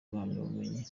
impamyabumenyi